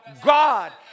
God